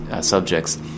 subjects